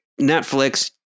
Netflix